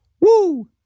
Woo